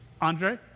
Andre